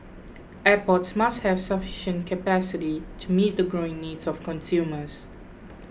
airports must have sufficient capacity to meet the growing needs of consumers